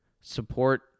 support